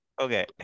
Okay